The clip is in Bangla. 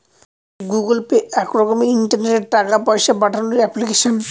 গুগল পে এক রকমের ইন্টারনেটে টাকা পয়সা পাঠানোর এপ্লিকেশন